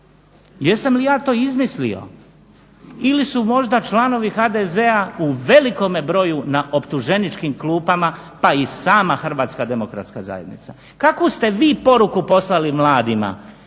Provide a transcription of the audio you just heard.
Jesam li ja to izmislio ili su možda članovi HDZ-a u velikome broju na optuženičkim klupama pa i sama Hrvatska demokratska zajednica. Kakvu ste vi poruku poslali mladima,